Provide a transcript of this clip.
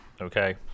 okay